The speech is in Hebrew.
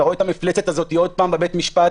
אתה רואה את המפלצת הזו שוב בבית המשפט,